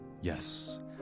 Yes